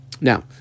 now